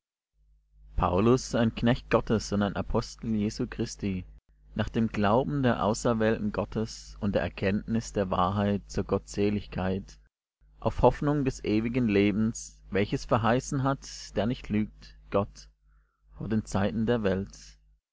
paulus ein knecht gottes und ein apostel jesu christi nach dem glauben der auserwählten gottes und der erkenntnis der wahrheit zur gottseligkeit auf hoffnung des ewigen lebens welches verheißen hat der nicht lügt gott vor den zeiten der welt